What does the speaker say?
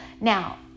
Now